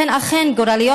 והן אכן גורליות,